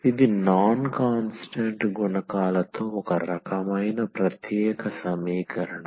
ఇది non constant గుణకాలతో ఒక రకమైన ప్రత్యేక సమీకరణం